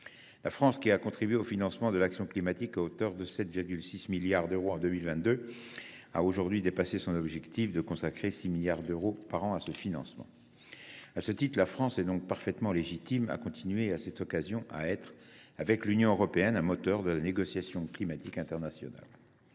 La France, qui a contribué au financement de l’action climatique à hauteur de 7,6 milliards d’euros en 2022, a aujourd’hui dépassé son objectif de consacrer 6 milliards d’euros par an à ce financement. À ce titre, la France est donc parfaitement légitime à continuer à cette occasion d’être, avec l’Union européenne, un moteur de la négociation climatique internationale,